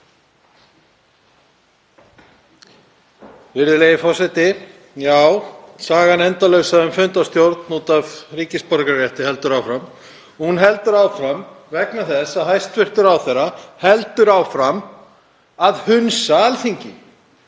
Virðulegi forseti. Já, sagan endalausa um fundarstjórn út af ríkisborgararétti heldur áfram. Hún heldur áfram vegna þess að hæstv. ráðherra heldur áfram að hunsa Alþingi,